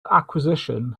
acquisition